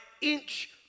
inch